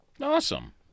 Awesome